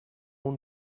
own